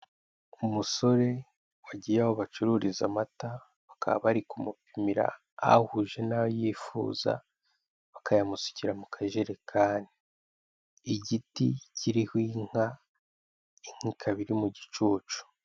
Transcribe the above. Umusore wagiye aho bacururiza amata, bakaba bari kumupimira ahuje nayo yifuza, bakayamusukira mu kajerekani. Igiti kiriho inka, inka ikaba iri mu gicucu.